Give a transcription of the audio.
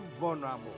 vulnerable